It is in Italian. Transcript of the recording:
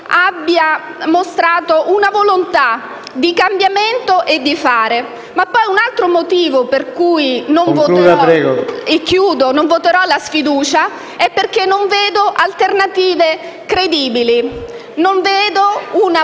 abbia mostrato una volontà di cambiamento e di fare. C'è poi un altro motivo per cui non voterò la sfiducia: non vedo alternative credibili, non vedo una